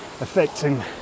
affecting